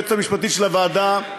היועצת המשפטית של הוועדה,